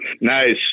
Nice